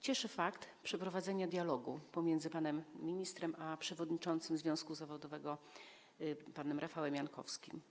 Cieszy fakt przeprowadzenia dialogu pomiędzy panem ministrem a przewodniczącym związku zawodowego panem Rafałem Jankowskim.